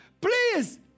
please